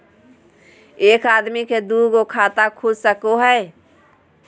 एक आदमी के दू गो खाता खुल सको है?